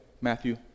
Matthew